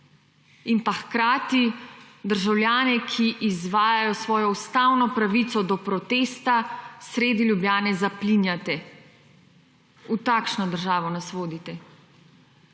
in pa hkrati, državljane, ki izvajajo svojo ustavno pravico do protesta, sredi Ljubljane, zaplinjate. V takšno državo nas vodite